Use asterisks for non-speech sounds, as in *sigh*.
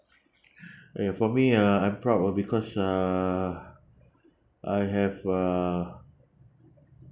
*breath* ya for me uh I'm proud of because uh I have uh